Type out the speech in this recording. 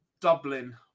Dublin